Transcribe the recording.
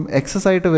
exercise